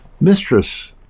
mistress